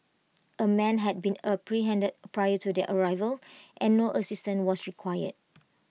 A man had been apprehended prior to their arrival and no assistance was required